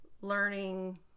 learning